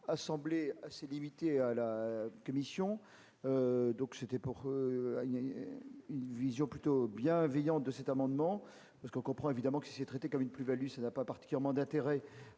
a semblé assez limitée à la Commission, donc, c'était pour il y a une vision plutôt bienveillant de cet amendement parce qu'on comprend évidemment que c'est traité comme une plus-Value, ça n'a pas partir mandataire